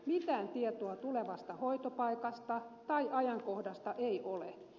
mitään tietoa tulevasta hoitopaikasta tai ajankohdasta ei ole